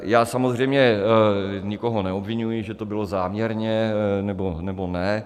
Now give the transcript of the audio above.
Já samozřejmě nikoho neobviňuji, že to bylo záměrně, nebo ne.